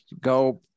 go